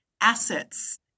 assets